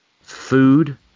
Food